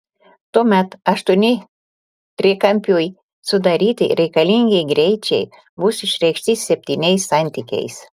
tuomet aštuoni trikampiui sudaryti reikalingi greičiai bus išreikšti septyniais santykiais